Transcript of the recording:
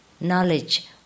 knowledge